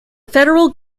federal